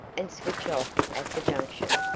and switch off at the junction,